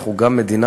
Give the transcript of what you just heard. אנחנו גם מדינת